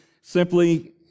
simply